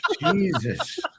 Jesus